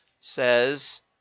says